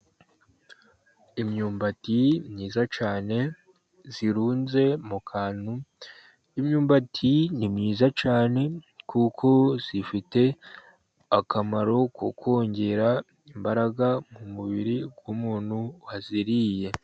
Imyumbati myiza cyane irunze ku kantu, imyumbati ni myiza cyane, kuko ifite akamaro ko kongera imbaraga mu mubiri w'umuntu wayiriye.